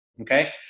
Okay